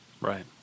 Right